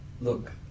Look